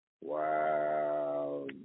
Wow